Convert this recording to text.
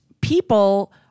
people